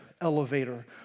elevator